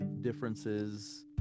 differences